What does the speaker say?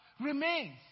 remains